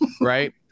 right